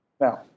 Now